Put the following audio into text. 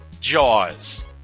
jaws